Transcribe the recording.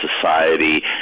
society